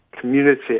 community